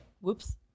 Whoops